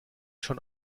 schon